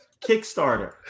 Kickstarter